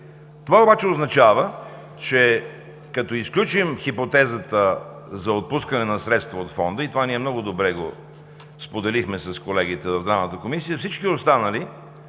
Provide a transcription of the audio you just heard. Това обаче означава, че като изключим хипотезата за отпускане на средства от Фонда – и това ние много добре споделихме с колегите в Здравната комисия, всички останали